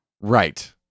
right